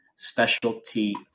Specialty